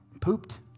pooped